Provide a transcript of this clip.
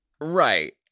Right